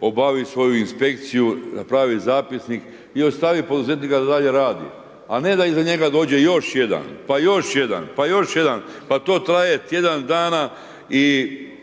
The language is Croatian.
obavi svoju inspekciju, napravi zapisnik i ostavi poduzetnika da dalje radi, a ne da iza njega dođe još jedan, pa još jedan, pa još jedan pa to traje tjedan dana i